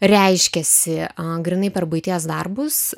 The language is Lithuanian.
reiškiasi grynai per buities darbus